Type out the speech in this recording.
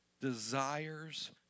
desires